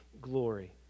glory